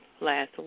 last